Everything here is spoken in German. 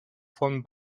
von